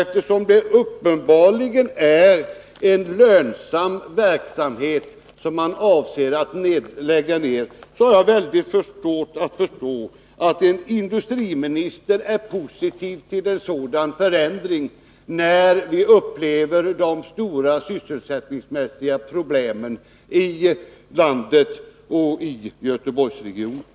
Eftersom det uppenbarligen är en lönsam verksamhet som man avser att lägga ner, har jag mycket svårt att förstå att industriministern är positiv till en sådan förändring när vi upplever de stora sysselsättningsmässiga problemen i landet och i Göteborgsregionen.